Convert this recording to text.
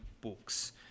books